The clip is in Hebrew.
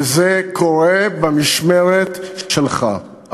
וזה קורה במשמרת שלך,